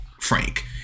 frank